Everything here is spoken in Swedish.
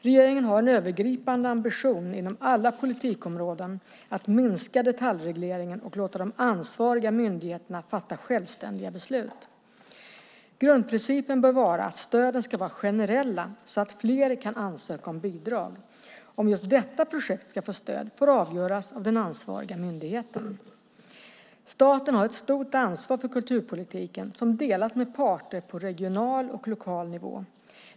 Regeringen har en övergripande ambition inom alla politikområden att minska detaljregleringen och låta de ansvariga myndigheterna fatta självständiga beslut. Grundprincipen bör vara att stöden ska vara generella så att fler kan ansöka om bidrag. Om just detta projekt ska få stöd får avgöras av den ansvariga myndigheten. Staten har ett stort ansvar för kulturpolitiken som delas med parter på regional och lokal nivå.